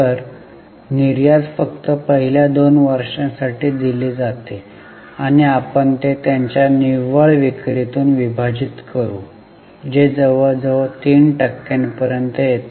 तर निर्यात फक्त पहिल्या 2 वर्षांसाठी दिली जाते आणि आपण ते त्यांच्या निव्वळ विक्री तून विभाजित करू जे जवळजवळ 3 टक्क्यांपर्यंत येते